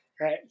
Right